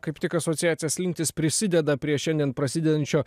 kaip tik asociacija slinktys prisideda prie šiandien prasidedančio